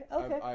Okay